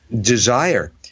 desire